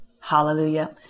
Hallelujah